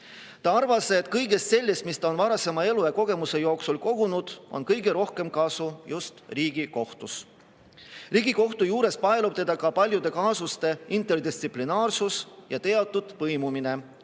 Ta arvas, et kõigest sellest, mis ta on varasema elu ja kogemuse jooksul kogunud, on kõige rohkem kasu just Riigikohtus. Riigikohtu juures paelub teda ka paljude kaasuste interdistsiplinaarsus ja teatud põimumine,